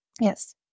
yes